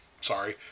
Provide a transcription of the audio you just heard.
sorry